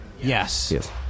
Yes